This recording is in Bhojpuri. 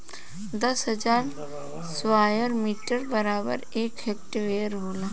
दस हजार स्क्वायर मीटर बराबर एक हेक्टेयर होला